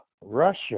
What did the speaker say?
Russia